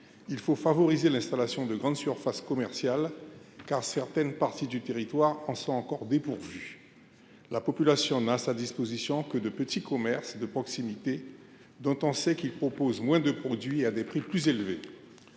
il faut favoriser l’installation de grandes surfaces commerciales, car certaines parties du territoire en sont encore dépourvues. La population ne dispose que de petits commerces de proximité, dont on sait qu’ils proposent moins de produits, et à des prix plus élevés.